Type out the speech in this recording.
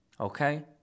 okay